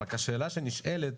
רק השאלה שנשאלת,